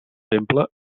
temple